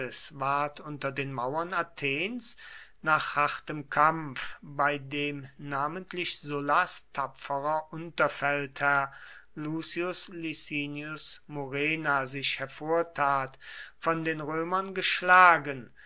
unter den mauern athens nach hartem kampf bei dem namentlich sullas tapferer unterfeldherr lucius licinius murena sich hervortat von den römern geschlagen